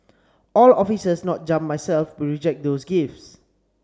all officers not jump myself will reject those gifts